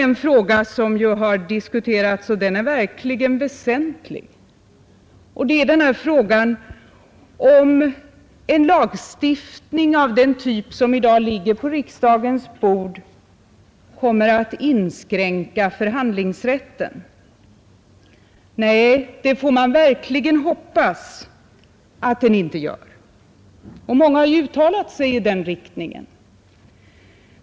En fråga, som ju har diskuterats och som är verkligt väsentlig, är: Kommer en lagstiftning av den typ som i dag ligger på riksdagens bord att inskränka förhandlingsrätten? Nej, det får man verkligen hoppas att den inte gör, och många har uttalat sig i den riktningen.